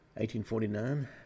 1849